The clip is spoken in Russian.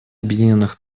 объединенных